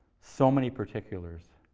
so many particulars.